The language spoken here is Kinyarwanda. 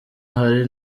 harry